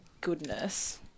goodness